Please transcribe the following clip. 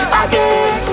again